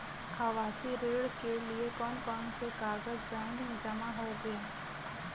आवासीय ऋण के लिए कौन कौन से कागज बैंक में जमा होंगे?